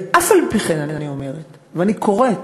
ואף-על-פי-כן אני אומרת ואני קוראת